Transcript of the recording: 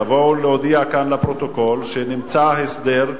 תבואו להודיע כאן לפרוטוקול שנמצא הסדר.